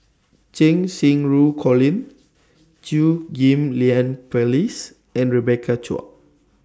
Cheng Xinru Colin Chew Ghim Lian Phyllis and Rebecca Chua